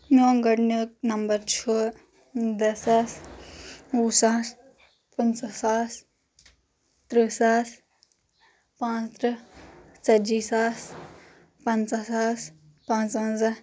میون گۄڈنیُک نمبر چھُ دہ ساس وُہ ساس پنژٕہ ساس ترٕٛہ ساس پانٛژھ ترٕٛہ ژتجی ساس پنژہ ساس پانٚژونزن